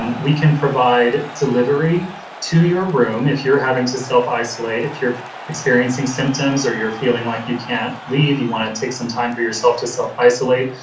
um we can provide delivery to your room if you're having to self isolate if you're experiencing symptoms, or you're feeling like you can't leave, you want to take some time for yourself to self isolate,